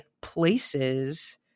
places